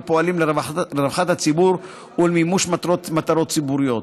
הפועלים לרווחת הציבור ולמימוש מטרות ציבוריות,